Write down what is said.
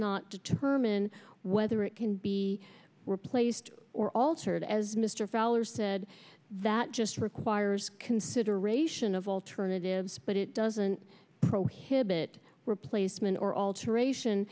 not determine whether it can be replaced or altered as mr fowler said that just requires consideration of alternatives but it doesn't prohibit replacement or alteration